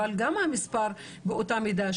אבל גם המספר באותה מידה,